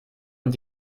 und